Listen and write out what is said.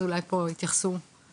אז אולי פה תתייחס עמיתתי.